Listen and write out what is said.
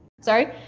Sorry